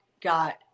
got